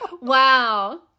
wow